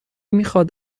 میخاد